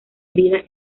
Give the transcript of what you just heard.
herida